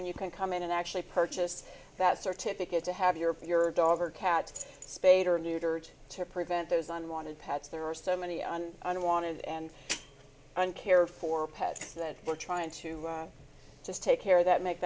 when you can come in and actually purchase that certificate to have your dog or cat spayed or neutered to prevent those unwanted pets there are so many unwanted and uncared for pets that we're trying to just take care of that make